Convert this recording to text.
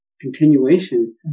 continuation